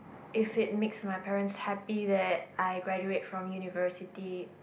if it makes my parents happy that I graduate from University